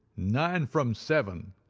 nine from seven,